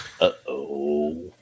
Uh-oh